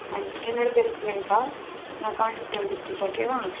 மஞ்சு என்னோடய பேர் பிரியங்கா நான் காஞ்சிபுரம் டிஸ்ட்ரிக் ஓகே வா